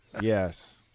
yes